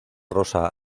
rosa